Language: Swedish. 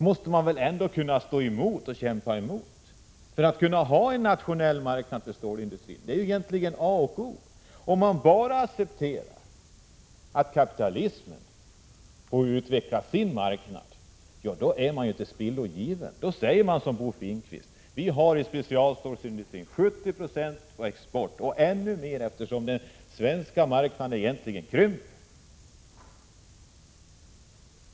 Men man måste väl kämpa emot för att kunna ha en nationell marknad för stålindustrin. Det är egentligen A och O. Om man bara accepterar att kapitalismen får utveckla sin marknad, då är man tillspillogiven. Då säger man som Bo Finnkvist att vi har 70 26 export och ännu mer eftersom den svenska marknaden krymper.